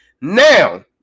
Now